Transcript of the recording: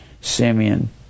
Simeon